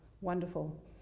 wonderful